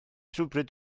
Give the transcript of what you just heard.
rhywbryd